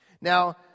Now